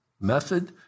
method